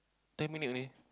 ten minute only